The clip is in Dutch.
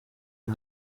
een